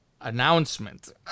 announcement